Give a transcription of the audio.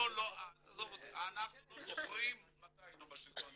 אנחנו לא זוכרים מתי היינו בשלטון.